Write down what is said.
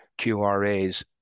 QRAs